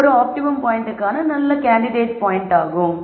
இது ஒரு ஆப்டிமம் பாயின்ட்கான நல்ல கேண்டிடேட் ஆகும்